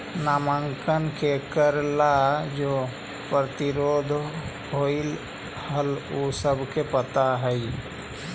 नमक के कर ला जो प्रतिरोध होलई हल उ सबके पता हई